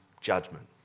judgment